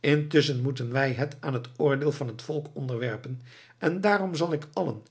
intusschen moeten wij het aan het oordeel van het volk onderwerpen en daarom zal ik allen